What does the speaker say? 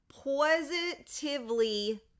positively